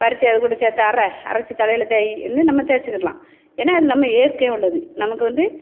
பறித்து அது கூட சேர்த்து அரை அரைச்சி தலையில் தேய் என்ன நம்ம தேய்ச்சிக்கிட்லாம் ஏன்னால் அது நம்ம இயற்கையாக உள்ளது நமக்கு வந்து